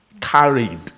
carried